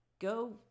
go